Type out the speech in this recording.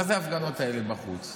מה זה ההפגנות האלה בחוץ?